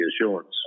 assurance